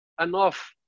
enough